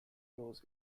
use